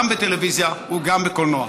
גם בטלוויזיה וגם בקולנוע.